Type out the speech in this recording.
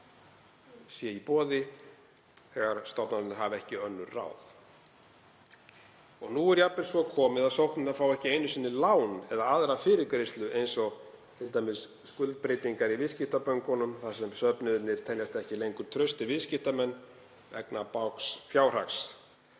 sé í boði þegar stofnanir hafa ekki önnur ráð. Nú er jafnvel svo komið að sóknirnar fá ekki einu sinni lán eða aðra fyrirgreiðslu, eins og t.d. skuldbreytingar, í viðskiptabönkunum þar sem söfnuðirnir teljast ekki lengur traustir viðskiptamenn vegna bágs fjárhags.